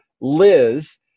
Liz